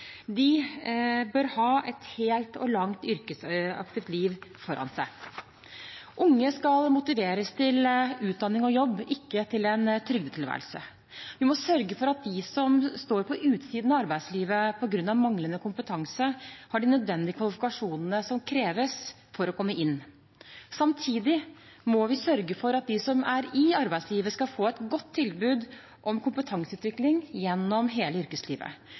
De bør ha et helt og langt yrkesaktivt liv foran seg. Unge skal motiveres til utdanning og jobb, ikke til en trygdetilværelse. Vi må sørge for at de som står på utsiden av arbeidslivet på grunn av manglende kompetanse, har de nødvendige kvalifikasjonene som kreves for å komme inn. Samtidig må vi sørge for at de som er i arbeidslivet, skal få et godt tilbud om kompetanseutvikling gjennom hele yrkeslivet.